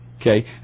Okay